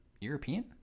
European